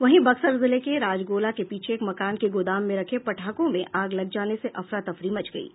वहीं बक्सर जिले के राजगोला के पीछे एक मकान के गोदाम में रखे पटाखों में आग लग जाने से अफरा तफरी मच गयी